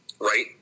right